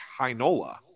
Hainola